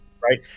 Right